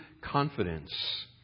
confidence